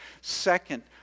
Second